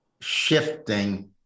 shifting